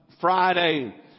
Friday